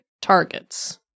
targets